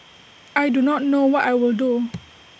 I do not know what I will do